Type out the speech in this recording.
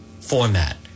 format